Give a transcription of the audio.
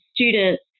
Students